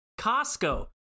Costco